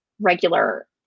regular